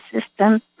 system